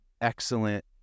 excellent